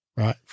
Right